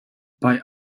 bei